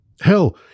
Hell